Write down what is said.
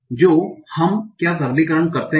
तो हम क्या सरलीकरण करते हैं